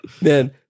Man